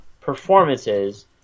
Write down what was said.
performances